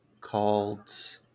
called